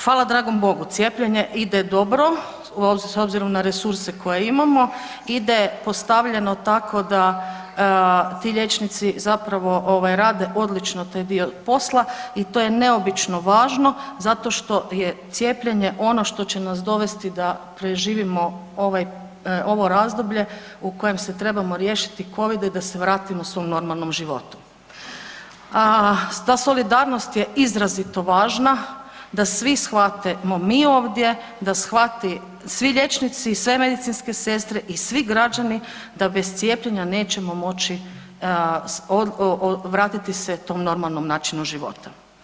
Hvala dragom Bogu, cijepljenje ide dobro, s obzirom na resurse koje imamo, ide postavljeno tako da ti liječnici zapravo rade odlično taj dio posla i to je neobično važno zato što je cijepljenje ono što će nas dovesti da preživimo ovo razdoblje u kojem se trebamo riješiti Covida i da se vratimo svom normalnom životu, a ta solidarnost je izrazito važna da svi shvatimo mi ovdje, da shvate svi liječnici i sve medicinske sestre i svi građani da bez cijepljenja nećemo moći vratiti se tom normalnom načinu života.